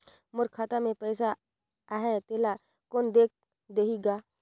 मोर खाता मे पइसा आहाय तेला कोन देख देही गा?